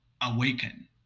awaken